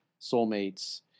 soulmates